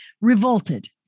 revolted